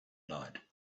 night